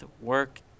work